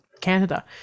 Canada